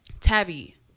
Tabby